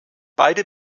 beide